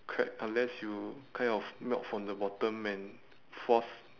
crack unless you kind of melt from the bottom and force